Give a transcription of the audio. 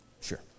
Sure